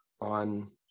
on